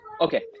okay